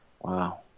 Wow